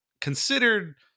considered